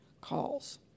calls